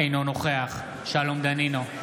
אינו נוכח שלום דנינו,